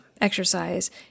exercise